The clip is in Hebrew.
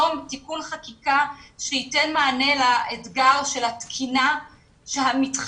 והוא ליזום תיקון חקיקה שייתן מענה לאתגר התקינה המתחדשת.